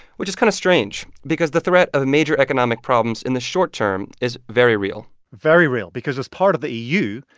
which is kind of strange because the threat of major economic problems in the short term is very real very real because as part of the eu,